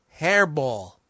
hairball